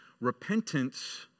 repentance